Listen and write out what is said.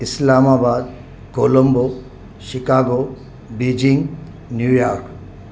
Islamabad Colombo Chicago Beijing New York